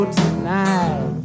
tonight